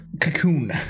cocoon